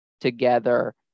together